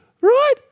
Right